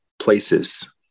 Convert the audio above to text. places